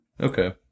Okay